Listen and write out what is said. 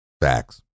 facts